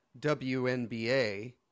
WNBA